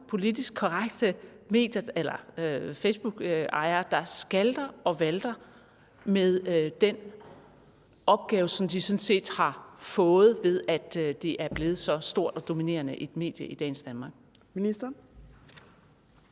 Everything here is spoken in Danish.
politisk korrekte Facebookejere, der skalter og valter med den opgave, som de sådan set har fået, ved at det er blevet så stort og dominerende et medie i dagens Danmark. Kl.